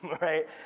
right